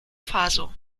faso